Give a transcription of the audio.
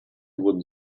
wurden